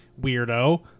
weirdo